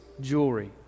jewelry